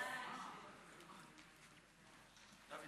מי